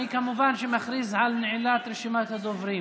אני כמובן מכריז על נעילת רשימת הדוברים.